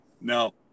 No